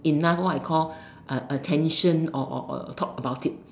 enough what I call uh attention or or or talk about it